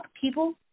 people